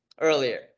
earlier